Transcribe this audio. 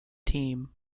team